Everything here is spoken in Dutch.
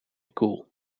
cool